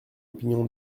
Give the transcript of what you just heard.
opinion